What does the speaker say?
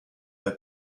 per